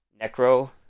Necro